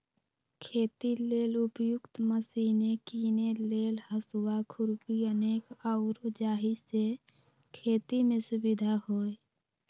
खेती लेल उपयुक्त मशिने कीने लेल हसुआ, खुरपी अनेक आउरो जाहि से खेति में सुविधा होय